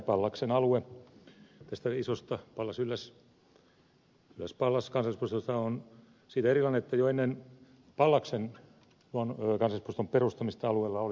pallaksen alue tästä isosta pallas ylläs kansallispuistosta on siitä erilainen että jo ennen pallaksen kansallispuiston perustamista alueella oli hotelli